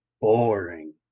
boring